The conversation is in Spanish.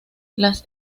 las